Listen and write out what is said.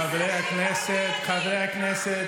חברי הכנסת,